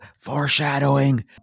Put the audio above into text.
foreshadowing